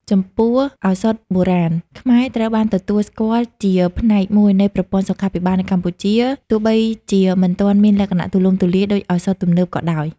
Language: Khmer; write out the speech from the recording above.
ចំពោះ ឱសថបុរាណខ្មែរត្រូវបានទទួលស្គាល់ជាផ្នែកមួយនៃប្រព័ន្ធសុខាភិបាលនៅកម្ពុជា ទោះបីជាមិនទាន់មានលក្ខណៈទូលំទូលាយដូចឱសថទំនើបក៏ដោយ។